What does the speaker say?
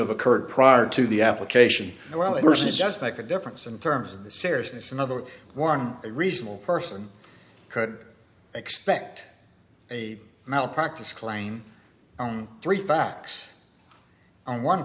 have occurred prior to the application well the first is just make a difference in terms of the seriousness another one a reasonable person could expect a malpractise claim on three facts on one